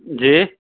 جی